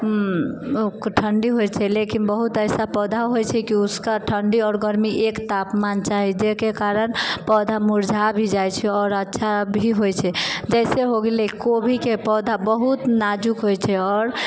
ठण्डी होइत छै लेकिन बहुत एहन पौधा होइत छै कि उसका ठण्डी आओर गरमी एक तापमान चाही जेहिके कारण पौधा मुरझा भी जाइत छै आओर अच्छा भी होइत छै जेना हो गेलै कोबीके पौधा बहुत नाजुक होइत छै आओर